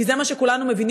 כי זה מה שכולנו מבינים,